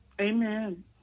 Amen